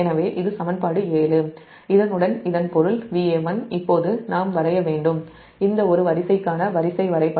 எனவே இது சமன்பாடு இதனுடன் இதன் பொருள் Va1 இப்போது நாம் வரைய வேண்டும் இந்த ஒரு வரிசைக்கான வரிசை வரைபடம்